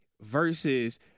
versus